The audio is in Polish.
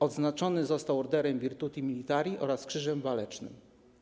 Odznaczony został Orderem Virtuti Militari oraz Krzyżem Walecznych.